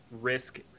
risk